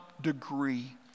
degree